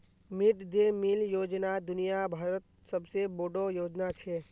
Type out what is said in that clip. mid day meal योजना दुनिया भरत सबसे बोडो योजना छे